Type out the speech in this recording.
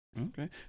Okay